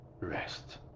Rest